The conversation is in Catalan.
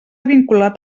vinculat